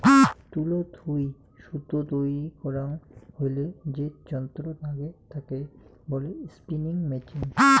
তুলো থুই সুতো তৈরী করাং হইলে যে যন্ত্র নাগে তাকে বলে স্পিনিং মেচিন